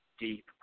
deep